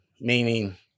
meaning